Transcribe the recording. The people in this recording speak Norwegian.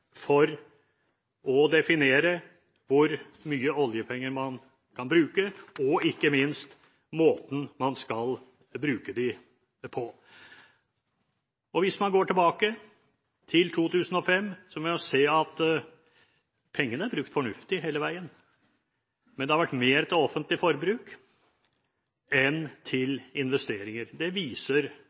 for å definere hvor mye oljepenger man kan bruke, og ikke minst måten man skal bruke dem på. Hvis man går tilbake til 2005, vil man se at pengene har vært brukt fornuftig hele veien, men det har vært mer til offentlig forbruk enn til investeringer – det viser